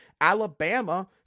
Alabama